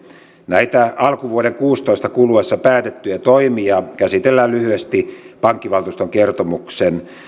näitä alkuvuoden kuusitoista kuluessa päätettyjä toimia käsitellään lyhyesti pankkivaltuuston kertomuksen